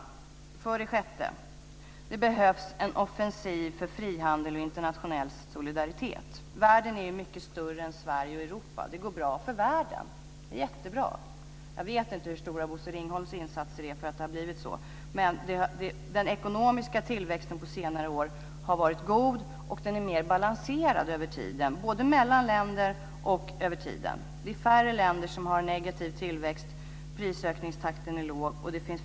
För det sjätte behövs en offensiv för frihandel och internationell solidaritet. Världen är mycket större än Sverige och Europa. Det går bra för världen. Jag vet inte hur stora Bosse Ringholms insatser är för att det har blivit så. Den ekonomiska tillväxten på senare år har varit god och mer balanserad, både mellan länder och över tiden. Färre länder har en negativ tillväxt. Prisökningstakten är låg.